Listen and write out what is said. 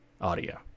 audio